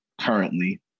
currently